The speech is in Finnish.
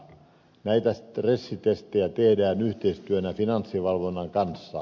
näitä stressitestejä tehdään yhteistyössä finanssivalvonnan kanssa